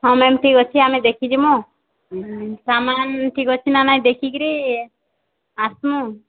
ହଁ ମ୍ୟାମ୍ ଠିକ୍ ଅଛି ଆମେ ଦେଖି ଯିମୁ ସାମାନ୍ ଠିକ୍ ଅଛି ନା ନାଇଁ ଦେଖିକିରି ଆସ୍ମୁ